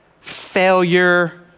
failure